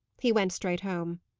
he went straight home.